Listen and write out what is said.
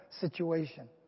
situation